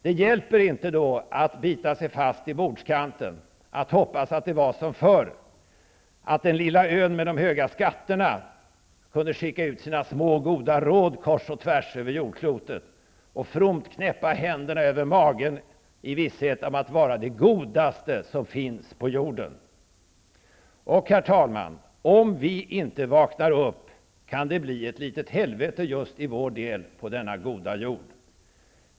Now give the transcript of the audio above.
Det hjälper inte då att bita sig fast i bordskanten, att hoppas att det skall vara som förr, då den lilla ön med de höga skatterna kunde skicka ut sina små goda råd kors och tvärs över jordklotet och vi fromt kunde knäppa händerna över magen, i visshet om att vara det godaste på jorden. Herr talman! Om vi inte vaknar upp kan det bli ett litet helvete just i vår del av denna goda jord.